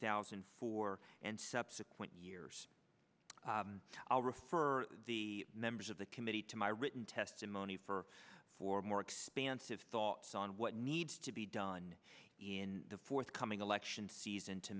thousand and four and subsequent years i'll refer the members of the committee to my written testimony for four more expansive thoughts on what needs to be done in the forthcoming election season to